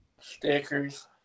stickers